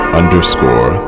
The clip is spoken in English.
underscore